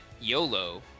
YOLO